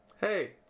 Hey